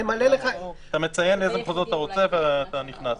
אתה מציין אלו מחוזות אתה רוצה ואתה נכנס.